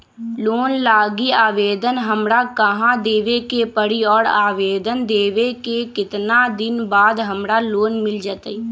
Loan लागी आवेदन हमरा कहां देवे के पड़ी और आवेदन देवे के केतना दिन बाद हमरा लोन मिल जतई?